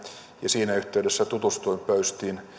ja siinä yhteydessä tutustuin pöystiin